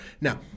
Now